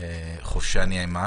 חופשה נעימה,